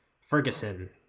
Ferguson